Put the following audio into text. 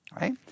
Right